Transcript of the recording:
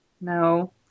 No